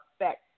affect